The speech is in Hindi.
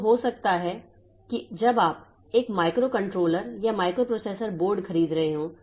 तो हो सकता है कि जब आप एक माइक्रोकंट्रोलर या माइक्रोप्रोसेसर बोर्ड खरीद रहे हों